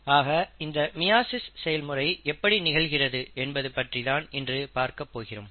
ஆக இந்த மியாசிஸ் செயல்முறை எப்படி நிகழ்கிறது என்பது பற்றி தான் இன்று பார்க்கப் போகிறோம்